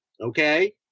okay